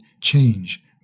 change